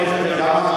לכן,